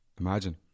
Imagine